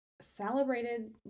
celebrated